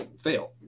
fail